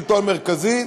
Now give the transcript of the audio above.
שלטון מרכזי,